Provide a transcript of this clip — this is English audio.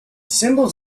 symbols